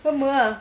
sama ah